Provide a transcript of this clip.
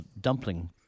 dumpling